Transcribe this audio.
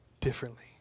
differently